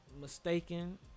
mistaken